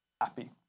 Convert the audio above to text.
happy